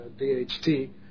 DHT